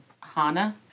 Hana